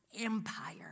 empire